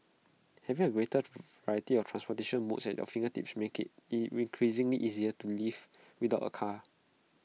having A greater variety of transportation modes at your fingertips helps make IT increasingly easy to live without A car